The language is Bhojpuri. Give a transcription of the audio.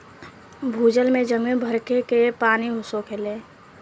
भूजल में जमीन बरखे के पानी सोखेले